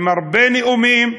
עם הרבה נאומים,